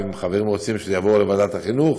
ואם החברים רוצים שזה יעבור לוועדת החינוך,